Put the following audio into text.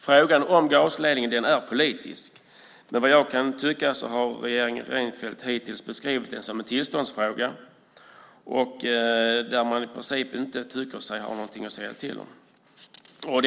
Frågan om gasledningen är politisk, men vad jag kan tycka så har regeringen Reinfeldt hittills beskrivit den som en tillståndsfråga där man i princip inte tycker sig ha någonting att säga till om.